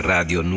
Radio